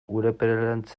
urepelerantz